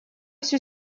всю